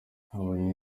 habayeho